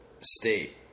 state